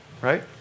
right